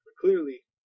Clearly